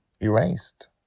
erased